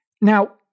Now